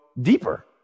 deeper